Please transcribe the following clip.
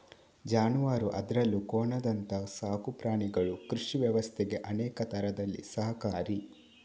ಜಾನುವಾರು ಅದ್ರಲ್ಲೂ ಕೋಣದಂತ ಸಾಕು ಪ್ರಾಣಿಗಳು ಕೃಷಿ ವ್ಯವಸ್ಥೆಗೆ ಅನೇಕ ತರದಲ್ಲಿ ಸಹಕಾರಿ